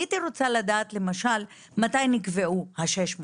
הייתי רוצה לדעת למשל מתי נקבעו ה-600 שקלים,